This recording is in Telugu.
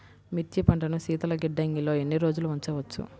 మిర్చి పంటను శీతల గిడ్డంగిలో ఎన్ని రోజులు ఉంచవచ్చు?